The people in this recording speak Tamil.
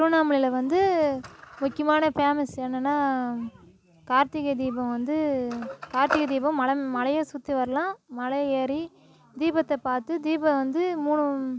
திருவண்ணாமலையில் வந்து முக்கியமான ஃபேமஸ் என்னென்னா கார்த்திகை தீபம் வந்து கார்த்திகை தீபம் மலை மலையை சுற்றி வரலாம் மலை ஏறி தீபத்தைப் பார்த்து தீபம் வந்து மூணு